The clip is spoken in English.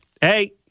Hey